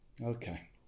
Okay